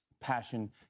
passion